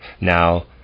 Now